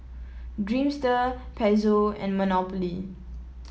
Dreamster Pezzo and Monopoly